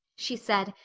she said,